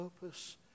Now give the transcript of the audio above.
purpose